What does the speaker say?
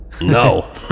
No